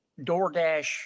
DoorDash